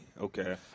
Okay